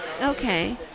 okay